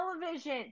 television